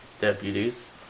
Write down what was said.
deputies